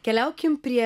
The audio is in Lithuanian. keliaukim prie